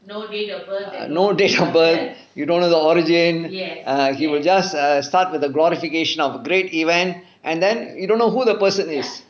no date of birth you don't know the origin err he will just err start with a glorification of great event and then you don't know who the person is